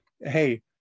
hey